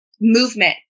movement